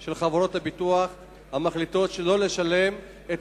של חברות הביטוח המחליטות שלא לשלם את